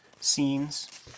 scenes